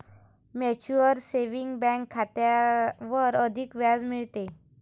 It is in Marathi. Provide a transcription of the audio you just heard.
म्यूचुअल सेविंग बँक खात्यावर अधिक व्याज मिळते